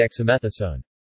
dexamethasone